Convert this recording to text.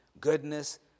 goodness